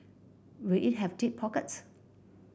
will it have deep pockets